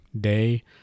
day